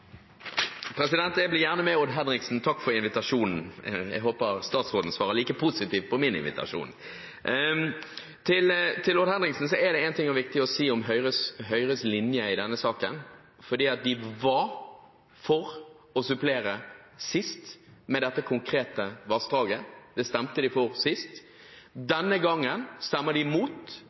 Jeg blir gjerne med Odd Henriksen, takk for invitasjonen. Jeg håper statsråden svarer like positivt på min invitasjon. Til Odd Henriksen er det en ting som er viktig å si om Høyres linje i denne saken: De var for å supplere sist med dette konkrete vassdraget. Det stemte de for sist. Denne gangen stemmer de